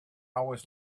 always